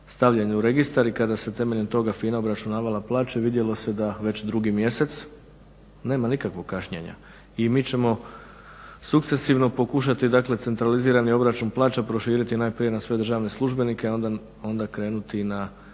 stavljeni u registar i kada je temeljem toga FINA obračunavala plaće vidjelo se da već drugi mjesec nema nikakvog kašnjenja. I mi ćemo sukcesivni pokušati centralizirani obračun plaća proširiti najprije na sve državne službenike, a onda krenuti na